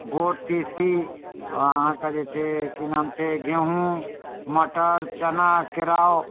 गोट तीसी आओर अहाँके जे छै कि नाम छै गेहूँ मटर चना केराउ